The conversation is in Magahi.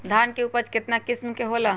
धान के उपज केतना किस्म के होला?